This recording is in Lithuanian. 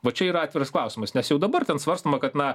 va čia yra atviras klausimas nes jau dabar ten svarstoma kad na